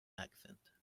accent